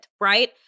Right